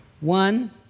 One